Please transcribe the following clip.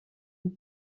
and